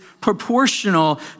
proportional